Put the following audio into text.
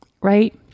Right